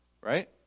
right